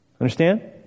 Understand